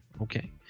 Okay